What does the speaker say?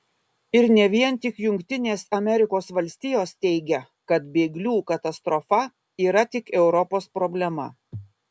ir ne vien tik jungtinės amerikos valstijos teigia kad bėglių katastrofa yra tik europos problema